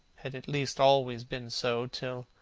had at least always been so, till